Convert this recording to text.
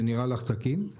זה נראה לך תקין?